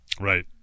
Right